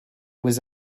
was